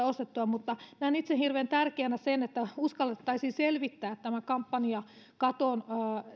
ostettua mutta näen itse hirveän tärkeänä sen että uskallettaisiin selvittää tämän kampanjakaton